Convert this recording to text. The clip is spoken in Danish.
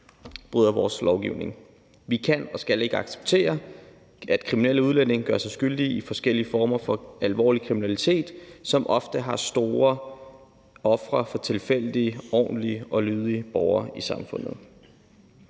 bryder vores lovgivning. Vi kan og skal ikke acceptere, at kriminelle udlændinge gør sig skyldige i forskellige former for alvorlig kriminalitet, som ofte har store konsekvenser for tilfældige ordentlige og lovlydige borgere i samfundet.